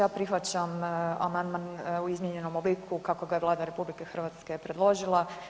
Ja prihvaćam amandman u izmijenjenom obliku kako ga je Vlada RH predložila.